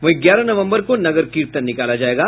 वहीं ग्यारह नवम्बर को नगर कीर्तन निकाला जायेगा